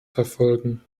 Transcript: verfolgen